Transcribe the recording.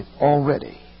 already